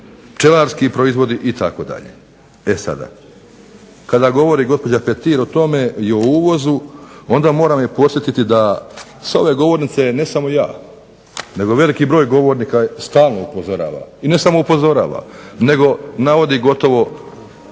pčelarski proizvodi itd. E sada kada govori gospođa Petir o tome i o uvozu, onda je moram podsjetiti da s ove govornice, ne samo ja, nego veliki broj govornika je stalno upozorava i ne samo upozorava nego navodi gotovo